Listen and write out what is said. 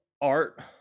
art